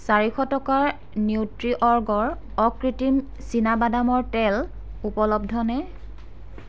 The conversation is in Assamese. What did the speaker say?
চাৰিশ টকাৰ নিউট্ৰিঅৰ্গৰ অকৃত্ৰিম চীনাবাদামৰ তেল উপলব্ধনে